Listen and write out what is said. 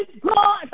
God